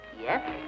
Yes